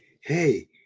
hey